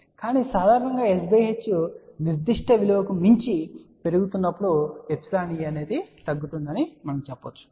కానీ సాధారణంగా s h నిర్దిష్ట విలువకు మించి పెరుగుతున్నప్పుడు εe తగ్గుతుంది అని మనం చెప్పగలం